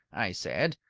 i said,